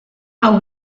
hau